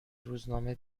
روزنامه